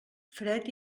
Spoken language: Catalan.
fred